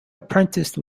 apprenticed